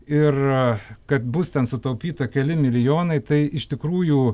ir kad bus ten sutaupyta keli milijonai tai iš tikrųjų